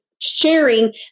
sharing